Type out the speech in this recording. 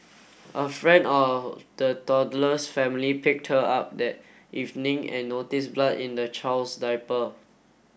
a friend of the toddler's family picked her up that evening and noticed blood in the child's diaper